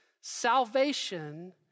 salvation